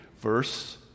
Verse